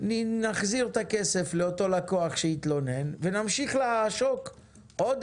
נחזיר את הכסף לאותו לקוח שהתלונן ונמשיך לעשוק עוד